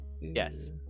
Yes